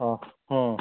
ହଁ ହଁ